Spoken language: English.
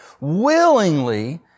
willingly